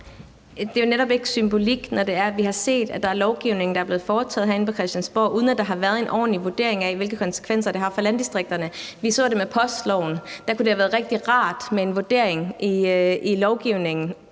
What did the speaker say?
Det er jo netop ikke symbolik, når det er, at vi har set, at der er lovgivning, der er blevet foretaget herinde på Christiansborg, uden at der har været en ordentlig vurdering af, hvilke konsekvenser det har for landdistrikterne. Vi så det med postloven. Der kunne det have været rigtig rart med en vurdering i lovgivningen;